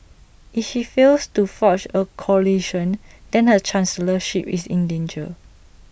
if she fails to forge A coalition then her chancellorship is in danger